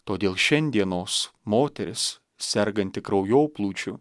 todėl šiandienos moteris serganti kraujoplūdžiu